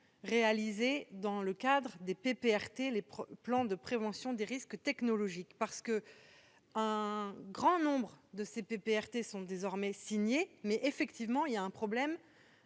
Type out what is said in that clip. réalisés dans le cadre des PPRT, les plans de prévention des risques technologiques. Beaucoup de ces PPRT sont désormais signés, mais, effectivement, il existe un problème